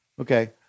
okay